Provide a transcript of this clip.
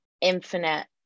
infinite